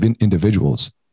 individuals